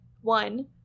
one